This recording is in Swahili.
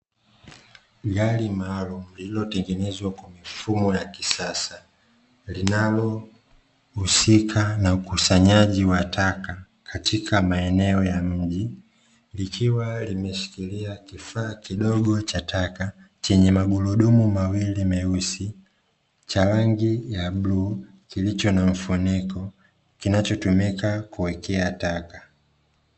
Gari maalumu lililotengenezwa kwa mifumo ya kisasa, linalohusika na ukusanyaji wa taka katika maeneo ya mji, likiwa limeshikilia kifaa kidogo cha taka chenye magurudumu mawili meusi, cha rangi ya bluu, kilicho na mfuniko, kinachotumika kuwekea taka.